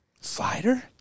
Slider